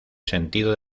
sentido